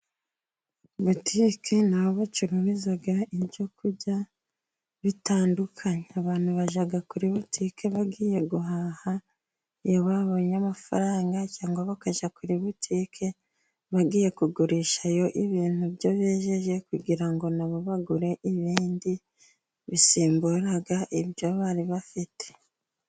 Butike ni aho bacururiza ibyo kurya bitandukanye, abantu bajya kuri butike bagiye guhaha iyo babonye amafaranga, cyangwa bakajya kuri butike bagiye kugurishayo ibintu byo bejeje, kugira ngo na bo bagure ibindi bisimbura ibyo bari bafite.